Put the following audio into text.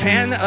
Ten